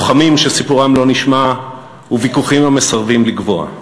לוחמים שסיפורם לא נשמע וויכוחים המסרבים לגווע.